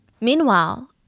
Meanwhile